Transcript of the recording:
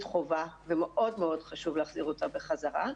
חובה ומאוד מאוד חשוב להחזיר אותה בחזרה.